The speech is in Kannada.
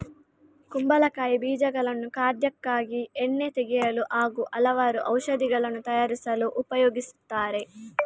ಕುಂಬಳಕಾಯಿ ಬೀಜಗಳನ್ನು ಖಾದ್ಯಕ್ಕಾಗಿ, ಎಣ್ಣೆ ತೆಗೆಯಲು ಹಾಗೂ ಹಲವಾರು ಔಷಧಿಗಳನ್ನು ತಯಾರಿಸಲು ಬಳಸುತ್ತಾರೆ